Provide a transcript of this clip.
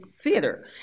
theater